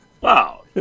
Wow